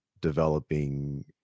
developing